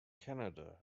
canada